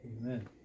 Amen